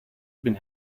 been